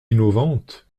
innovantes